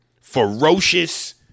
Ferocious